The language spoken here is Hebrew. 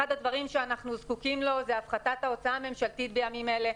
אחד הדברים שאנחנו זקוקים לו הוא הפחתת ההוצאה הממשלתית בימים אלה.